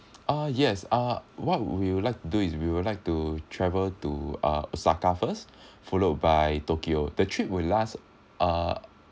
uh yes uh what would we like to do is we would like to travel to uh osaka first followed by tokyo the trip will last uh